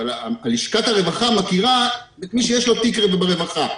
אבל לשכת הרווחה מכירה את מי שיש לו תיק ברווחה.